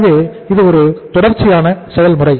எனவே இது ஒரு தொடர்ச்சியான செயல்முறை